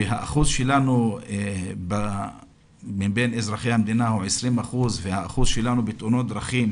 השיעור שלנו מבין אזרחי המדינה הוא 20% והשיעור שלנו בתאונות דרכים